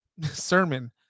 sermon